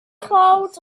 clouds